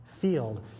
field